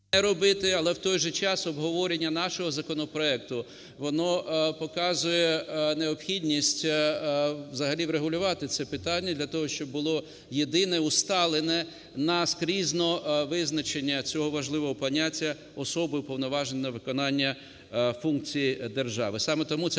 Але в той же час обговорення нашого законопроекту, воно показує необхідність взагалі врегулювати це питання для того, щоб було єдине, усталене наскрізно визначення цього важливого поняття "особи, уповноваженої на виконання функцій держави".